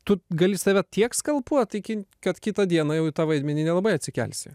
tu gali save tiek skalpuot iki kad kitą dieną jau į tą vaidmenį nelabai atsikelsi